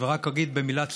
ורק אגיד במילת סיכום: